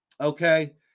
Okay